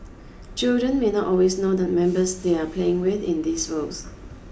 children may not always know the members they are playing with in these worlds